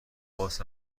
باز